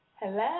Hello